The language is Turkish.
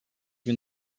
bin